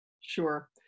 Sure